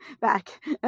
back